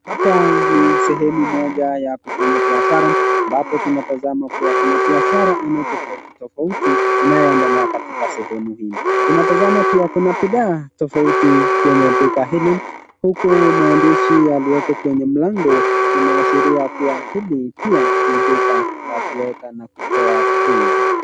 Hapa ni sehemu moja ya kufanya biashara ambapo tunatazama kuwa kuna biashara aina tofauti tofauti inayoendelea katika sehemu hii. Tunatazama kuwa kuna bidhaa tofauti kwenye duka hili, huku maandishi yaliyopo kwenye mlango, inaashiria kuwa hii pia ni duka la kuweka na kutoka pesa.